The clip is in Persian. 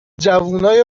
جوونای